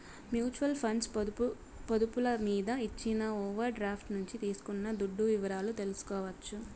mutual funds పొదుపులు మీద ఇచ్చిన ఓవర్ డ్రాఫ్టు నుంచి తీసుకున్న దుడ్డు వివరాలు తెల్సుకోవచ్చు